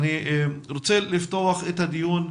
אני רוצה לפתוח את הדיון,